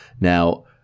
Now